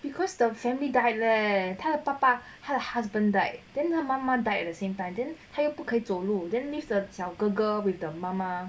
because the family died leh 他的爸爸 her husband died then 他妈妈 died at the same time then 他又不可以走路 then leave the 小哥哥 with the 妈妈